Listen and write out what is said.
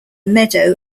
meadow